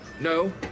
no